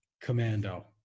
Commando